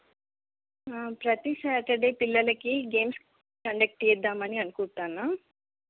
ప్రతి సాటర్డే పిల్లలకి games conduct చేద్దాం అని అనుకుంటున్నాను